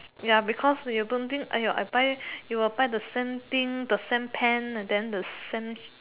ya because you don't think you will buy the same thing the same pant and then the same